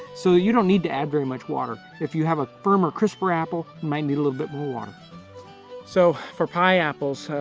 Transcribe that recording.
so you don't need to add very much water. if you have a firmer crisper apple, you might need a little bit more so, for pie apples,